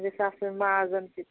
گژھ آسٕنۍ مازَن تہِ